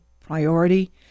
priority